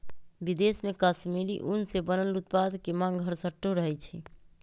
विदेश में कश्मीरी ऊन से बनल उत्पाद के मांग हरसठ्ठो रहइ छै